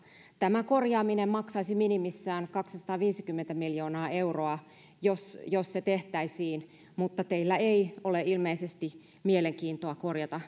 tämän korjaaminen maksaisi minimissään kaksisataaviisikymmentä miljoonaa euroa jos jos se tehtäisiin mutta teillä ei ole ilmeisesti mielenkiintoa korjata